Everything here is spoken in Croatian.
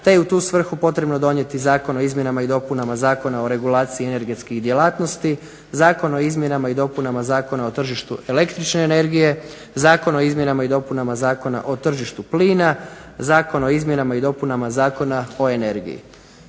te je u tu svrhu potrebno donijeti Zakon o izmjenama i dopunama Zakona o regulaciji energetskih djelatnosti, Zakon o izmjenama i dopunama Zakona o tržištu električne energije, Zakon o izmjenama i dopunama Zakona o tržištu plina, Zakon o izmjenama i dopunama Zakona o energiji.